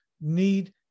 need